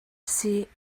sih